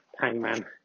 hangman